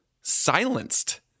silenced